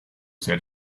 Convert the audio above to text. said